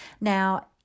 Now